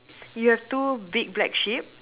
you have two big black sheep